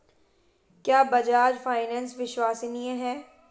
क्या बजाज फाइनेंस विश्वसनीय है?